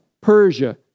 Persia